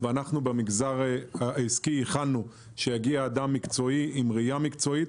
ואנחנו במגזר העסקי ייחלנו שיגיע אדם מקצועי עם ראייה מקצועית.